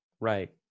Right